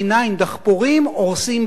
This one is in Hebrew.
דחפורים הורסים בתים.